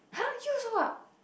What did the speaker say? !huh! you also ah